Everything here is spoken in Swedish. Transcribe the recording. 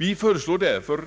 Vi föreslår därför,